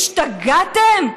השתגעתם?